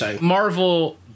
Marvel